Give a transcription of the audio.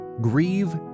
Grieve